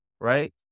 right